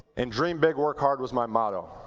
and dream big work hard was my motto.